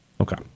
Okay